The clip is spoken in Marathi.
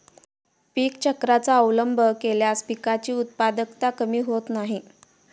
पीक चक्राचा अवलंब केल्यास पिकांची उत्पादकता कमी होत नाही